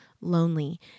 lonely